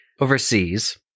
Overseas